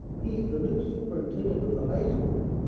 he's the new superintendent of the high school.